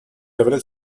several